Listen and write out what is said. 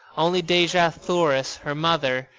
only dejah thoris, her mother,